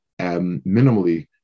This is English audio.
Minimally